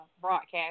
broadcast